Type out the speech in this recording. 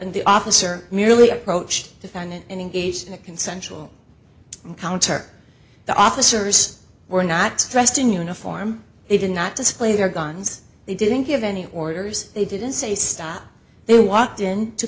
and the officer merely approached the fan and engaged in a consensual encounter the officers were not dressed in uniform they did not display their guns they didn't give any orders they didn't say stop they walked in to